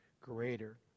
greater